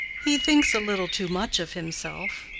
he thinks a little too much of himself.